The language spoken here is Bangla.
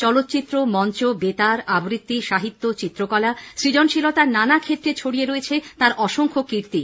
চলচ্চিত্র মঞ্চ বেতার আবৃত্তি সাহিত্য চিত্রকলা সৃজনশীলতার নানা ক্ষেত্রে ছড়িয়ে রয়েছে তাঁর অসংখ্য কীর্তি